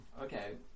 okay